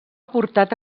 portat